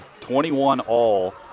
21-all